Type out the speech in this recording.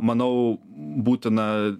manau būtina